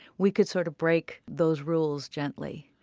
we could sort of break those rules gently.